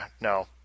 no